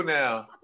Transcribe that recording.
now